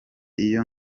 iyo